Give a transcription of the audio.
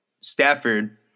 Stafford